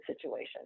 situation